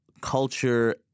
culture